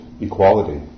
equality